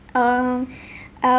um um